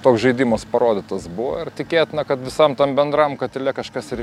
toks žaidimas parodytas buvo ir tikėtina kad visam tam bendram katile kažkas ir